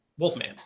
Wolfman